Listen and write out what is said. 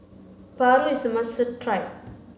Paru is a must try